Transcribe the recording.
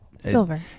silver